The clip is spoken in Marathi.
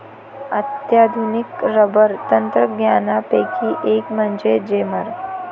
अत्याधुनिक रबर तंत्रज्ञानापैकी एक म्हणजे जेमर